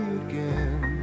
again